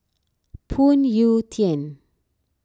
Phoon Yew Tien